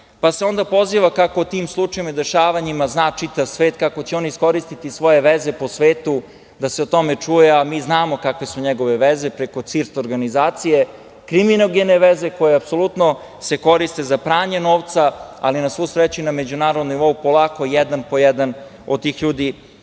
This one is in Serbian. se poziva kako o tim slučajevima i dešavanjima zna čitav svet, kako će oni iskoristiti svoje veze po svetu da se o tome čuje, a mi znamo kakve su njegove veze preko CINS organizacije, kriminogene veze koje se apsolutno koriste za pranje novca, ali na svu sreću na međunarodnom nivou polako jedan po jedan od tih ljudi